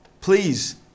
Please